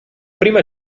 prima